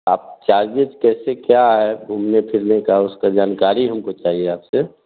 अब चार्जेस कैसे क्या है घूमने फिरने का उसका जानकारी हमको चाहिए आपसे